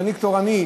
מנהיג תורני,